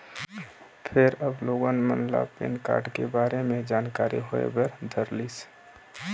फेर अब लोगन मन ल पेन कारड के बारे म जानकारी होय बर धरलिस